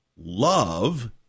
love